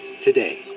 today